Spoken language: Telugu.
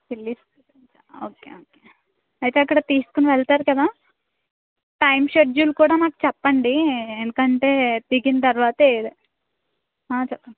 చిల్లీస్ ఓకే ఓకే అయితే అక్కడికి తీసుకుని వెళ్తారు కదా టైం షెడ్యూలు కూడా మాకు చెప్పండి ఎందుకంటే దిగిన తర్వాత చెప్ప